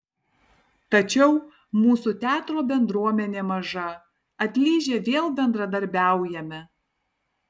tačiau mūsų teatro bendruomenė maža atlyžę vėl bendradarbiaujame